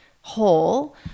whole